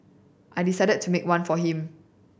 I decided to make one for him